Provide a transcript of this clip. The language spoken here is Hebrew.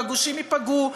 והגושים ייפגעו,